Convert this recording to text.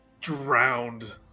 drowned